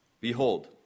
Behold